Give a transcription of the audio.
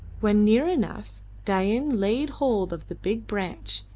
when near enough dain laid hold of the big branch,